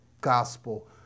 gospel